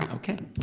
and okay.